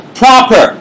proper